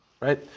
right